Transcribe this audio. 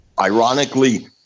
Ironically